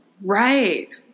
Right